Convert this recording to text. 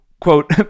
quote